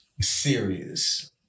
serious